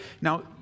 Now